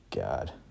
god